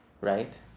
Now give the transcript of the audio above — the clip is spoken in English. right